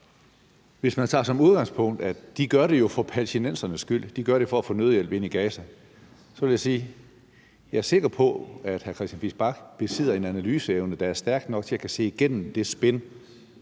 Hvis man tager det som udgangspunkt, at de gør det for palæstinensernes skyld, at de gør det for at få nødhjælp ind i Gaza, så vil jeg sige, at jeg er sikker på, at hr. Christian Friis Bach besidder en analyseevne, der er stærk nok til, at han kan se igennem det spin,